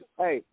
hey